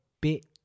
bit